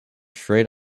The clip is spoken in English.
straight